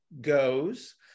goes